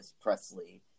Presley